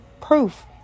proof